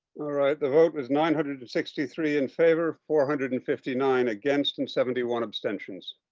the vote was nine hundred and sixty three in favor four hundred and fifty nine against and seventy one abstentions.